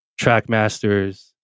trackmasters